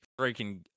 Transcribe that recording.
freaking